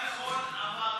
תודה רבה.